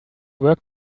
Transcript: work